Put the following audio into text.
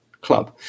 club